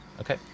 Okay